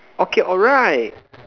okay alright